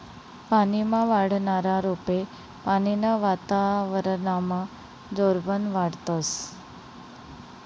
पानीमा वाढनारा रोपे पानीनं वातावरनमा जोरबन वाढतस